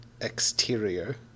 Exterior